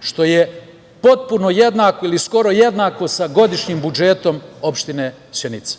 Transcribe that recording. što je potpuno jednako ili skoro jednako sa godišnjim budžetom opštine Sjenica.